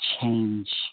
change